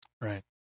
Right